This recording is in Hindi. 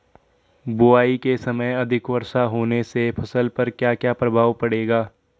बुआई के समय अधिक वर्षा होने से फसल पर क्या क्या प्रभाव पड़ेगा?